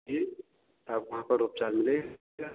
ये आप वहाँ पर उपचार लें